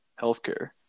healthcare